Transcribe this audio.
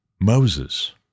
Moses